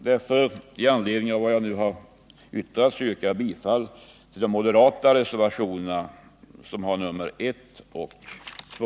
Med anledning av vad jag nu har yttrat yrkar jag bifall till de moderata reservationerna, som har nr 1 och 2.